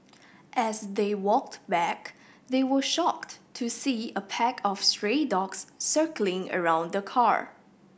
as they walked back they were shocked to see a pack of stray dogs circling around the car